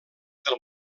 del